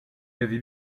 avait